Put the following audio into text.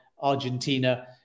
Argentina